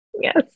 Yes